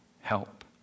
help